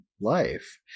life